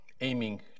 aiming